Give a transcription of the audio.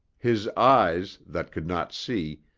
his eyes, that could not see,